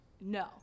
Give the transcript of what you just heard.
No